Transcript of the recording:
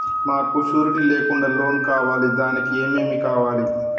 మాకు షూరిటీ లేకుండా లోన్ కావాలి దానికి ఏమేమి కావాలి?